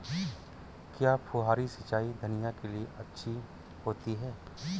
क्या फुहारी सिंचाई धनिया के लिए अच्छी होती है?